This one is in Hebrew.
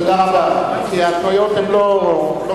תודה רבה, כי ההתניות הן לא קפדניות.